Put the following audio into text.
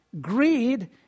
Greed